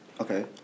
Okay